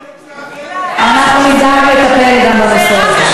אנחנו נדאג לטפל גם בנושא הזה.